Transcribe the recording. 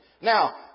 Now